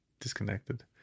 disconnected